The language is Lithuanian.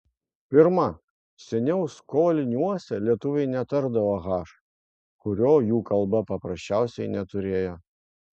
pirma seniau skoliniuose lietuviai netardavo h kurio jų kalba paprasčiausiai neturėjo